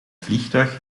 vliegtuig